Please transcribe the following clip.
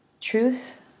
truth